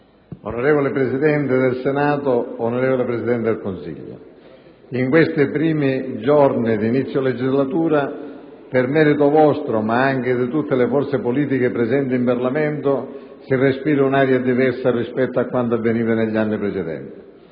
Onorevole Presidente del Senato, onorevole Presidente del Consiglio, in questi primi giorni di inizio legislatura, per merito vostro ma anche di tutte le forze politiche presenti in Parlamento si respira un'aria diversa rispetto a quanto avveniva negli anni precedenti.